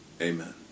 amen